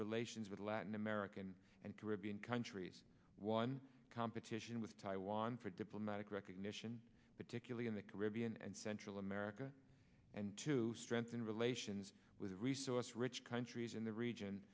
relations with latin american and caribbean countries one competition with taiwan for diplomatic recognition particularly in the caribbean and central america and to strengthen relations with resource rich countries in the region